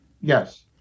yes